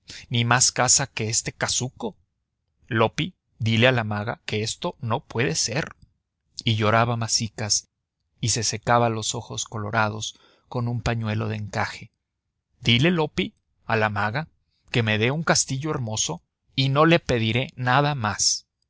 ni más casa que este casuco loppi dile a la maga que esto no puede ser y lloraba masicas y se secaba los ojos colorados con su pañuelo de encaje dile loppi a la maga que me dé un castillo hermoso y no le pediré nada más